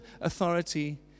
authority